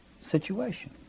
situation